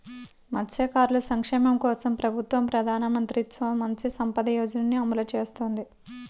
మత్స్యకారుల సంక్షేమం కోసం ప్రభుత్వం ప్రధాన మంత్రి మత్స్య సంపద యోజనని అమలు చేస్తోంది